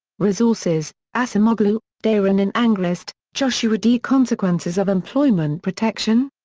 resources acemoglu, daron and angrist, joshua d. consequences of employment protection?